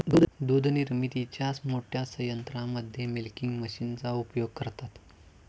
दूध निर्मितीच्या मोठ्या संयंत्रांमध्ये मिल्किंग मशीनचा उपयोग करतात